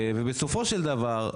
ובסופו של דבר,